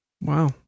Wow